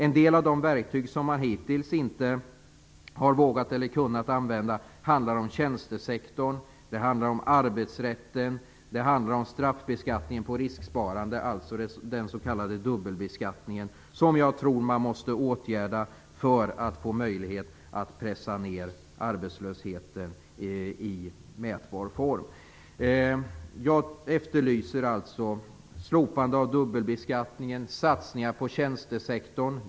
En del verktyg har man hittills inte vågat eller kunnat använda. Det handlar om tjänstesektorn, om arbetsrätten och om straffbeskattning på risksparande, alltså den s.k. dubbelbeskattningen. Detta tror jag att man måste åtgärda för att få möjlighet att pressa ned arbetslösheten i mätbar form. Jag efterlyser alltså slopande av dubbelbeskattningen och satsningar på tjänstesektorn.